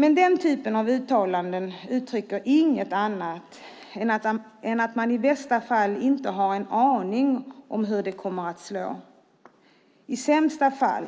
Men den typen av uttalanden uttrycker inget annat än att man i bästa fall inte har en aning om hur det kommer att slå. I sämsta fall